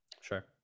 Sure